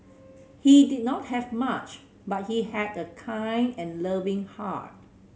he did not have much but he had a kind and loving heart